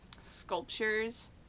sculptures